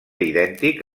idèntic